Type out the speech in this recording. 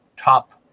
Top